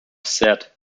said